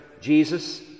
Jesus